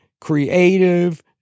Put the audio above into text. creative